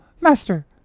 master